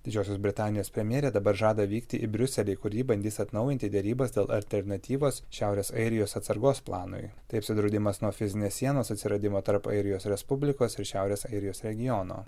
didžiosios britanijos premjerė dabar žada vykti į briuselį kur ji bandys atnaujinti derybas dėl alternatyvos šiaurės airijos atsargos planui tai apsidraudimas nuo fizinės sienos atsiradimo tarp airijos respublikos ir šiaurės airijos regiono